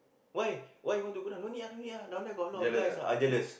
why why want to go down no need ah no need ah down there got a lot of guys ah ah jealous